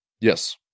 Yes